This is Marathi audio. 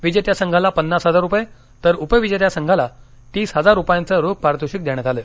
विजेत्या संघाला पन्नास इजार रूपये तर उपविजेत्या संघाला तीस हजार रुपयांच रोख पारितोषिक देण्यात आलं